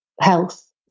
health